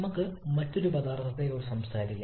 നമുക്ക് മറ്റൊരു പദാർത്ഥത്തെക്കുറിച്ച് സംസാരിക്കാം